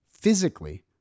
Physically